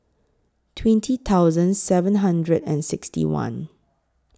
twenty thousand seven hundred and sixty one